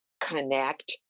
connect